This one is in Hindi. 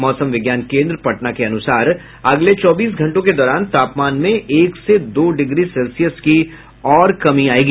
मौसम विज्ञान केन्द्र पटना के अनुसार अगले चौबीस घंटों के दौरान तापमान में एक से दो डिग्री सेल्सियस की और कमी आयेगी